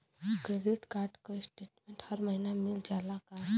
Credit card क statement हर महिना मिल जाला का?